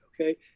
Okay